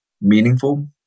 meaningful